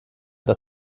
dass